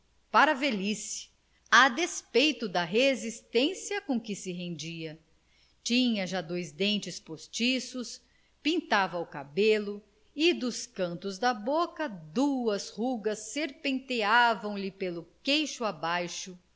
para a velhice a despeito da resistência com que se rendia tinha já dois dentes postiços pintava o cabelo e dos cantos da boca duas rugas serpenteavam lhe pelo queixo abaixo